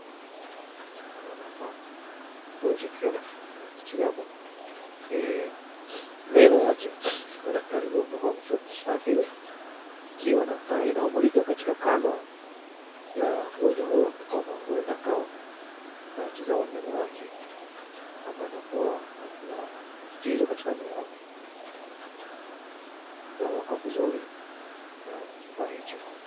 Tunamwona hapa mgonjwa akiwa anatizamwa, meno yake na daktari huyo ambapo ameshika kifaa kile kikiwa na taa inayomulika katika kanua la mgonjwa huyo ambapo kwamba huenda akawa anatizama meno yake ama anakuwa na matatizo katika meno yake, anatizama kwa vizuri na kifaa hicho.